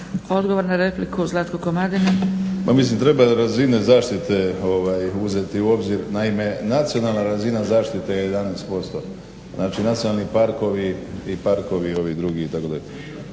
**Komadina, Zlatko (SDP)** Ma mislim treba razine zaštite uzeti u obzir, naime nacionalna razina zaštite je 11%, znači nacionalni parkovi i parkovi ovi drugi itd.,